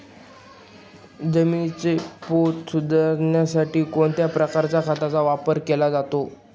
जमिनीचा पोत सुधारण्यासाठी कोणत्या प्रकारच्या खताचा वापर केला जातो?